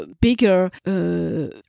bigger